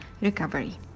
recovery